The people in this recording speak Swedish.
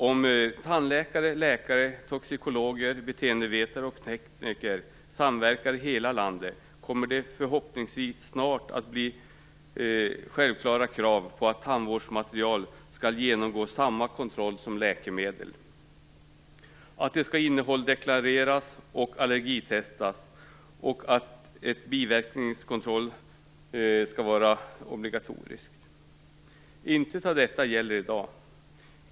Om tandläkare, läkare, toxikologer, beteendevetare och tekniker samverkar i hela landet kommer det förhoppningsvis snart att ställas självklara krav på att tandvårdsmaterial skall genomgå samma kontroll som läkemedel, att de skall innehållsdeklareras och allergitestas och att biverkningskontrollen skall bli obligatorisk. Intet av detta gäller i dag.